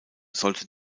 sollte